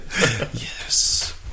Yes